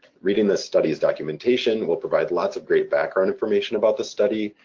reading the study's documentation will provide lots of great background information about the study,